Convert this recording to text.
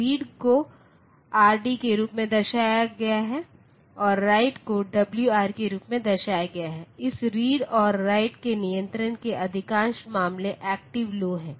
read को RD के रूप में दर्शाया गया है और राइट को डब्ल्यूआर के रूप में दर्शाया गया है इस रीड और राइट के नियंत्रण के अधिकांश मामले एक्टिव लौ हैं